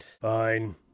Fine